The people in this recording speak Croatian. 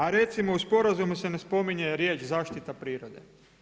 A recimo u sporazumu se ne spominje riječ zaštita prirode.